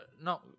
No